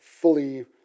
fully